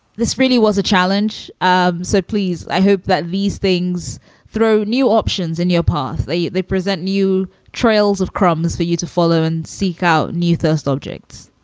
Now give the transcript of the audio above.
this really was a challenge. um so please, i hope that these things throw new options in your past. they they present new trails of crumbs for you to follow and seek out new first objects